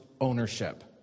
ownership